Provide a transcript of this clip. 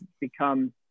become